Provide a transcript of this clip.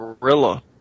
gorilla